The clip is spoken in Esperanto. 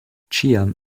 ĉiam